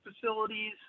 facilities